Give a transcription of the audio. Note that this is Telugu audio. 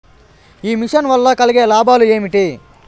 ఈ మిషన్ వల్ల కలిగే లాభాలు ఏమిటి?